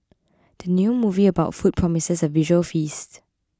the new movie about food promises a visual feast